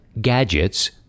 gadgets